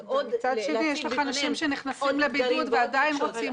אז להציב בפניהם עוד אתגרים ועוד מכשול --- מצד שני,